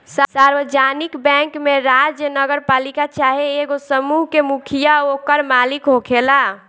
सार्वजानिक बैंक में राज्य, नगरपालिका चाहे एगो समूह के मुखिया ओकर मालिक होखेला